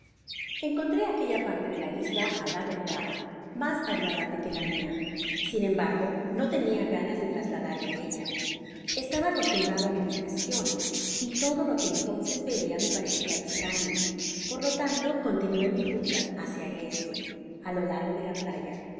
encontró aquella parte de la isla á la verdad mas agradable que la mia sin embargo no tenia ganas de trasladarme á ella estaba acostumbrado á mi habitacion y todo lo que entonces veia me parecia estraño por lo tanto continué mi ruta bácia el este á lo largo de la playa